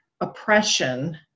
oppression